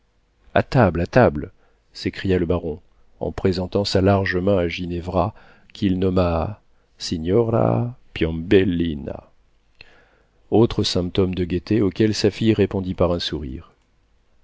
a table à table s'écria le baron en présentant sa large main à ginevra qu'il nomma signora piombellina autre symptôme de gaieté auquel sa fille répondit par un sourire